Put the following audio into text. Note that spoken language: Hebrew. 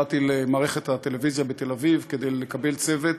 באתי למערכת הטלוויזיה בתל אביב כדי לקבל צוות